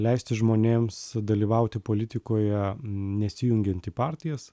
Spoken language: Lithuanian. leisti žmonėms dalyvauti politikoje nesijungiant į partijas